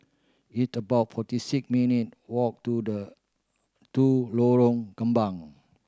it about forty six minute walk to the to Lorong Kembang